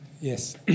Yes